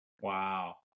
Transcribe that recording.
Wow